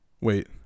Wait